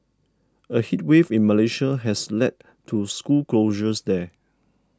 a heat wave in Malaysia has led to school closures there